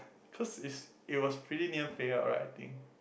cause it's it was pretty near payout right I think